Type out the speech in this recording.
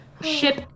ship